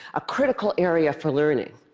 a critical area for learning.